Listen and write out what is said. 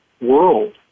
world